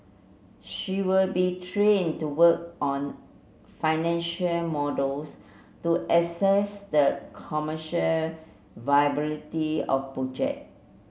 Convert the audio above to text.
she will be train to work on financial models to assess the commercial viability of project